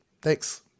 Thanks